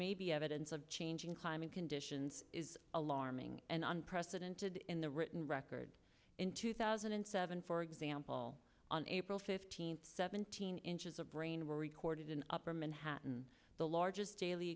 may be evidence of changing climate conditions is alarming and unprecedented in the written record in two thousand and seven for example on april fifteenth seventeen inches of rain were recorded in upper manhattan the largest daily